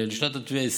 שהמהלך ייושם לשנת 2020,